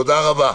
תודה רבה.